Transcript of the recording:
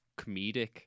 comedic